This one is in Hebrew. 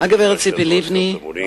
הגברת ציפי לבני,